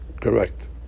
correct